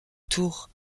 autour